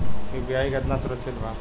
UPI कितना सुरक्षित बा?